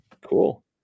Cool